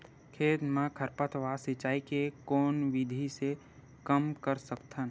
खेत म खरपतवार सिंचाई के कोन विधि से कम कर सकथन?